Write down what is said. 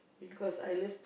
because I live